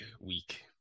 week